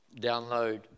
download